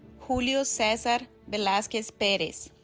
julio cesar velasquez perez